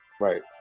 Right